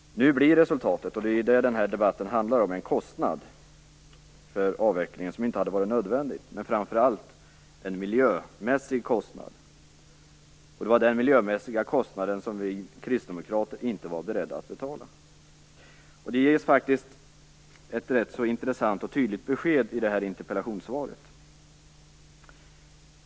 Nu blir resultatet - och det är ju det denna debatt handlar om - en kostnad för avvecklingen som inte hade varit nödvändig. Men framför allt blir det en miljömässig kostnad, och det var den som vi kristdemokrater inte var beredda att betala. Det ges faktiskt ett rätt intressant och tydligt besked i det här interpellationssvaret.